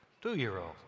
two-year-old